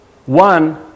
one